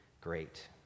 great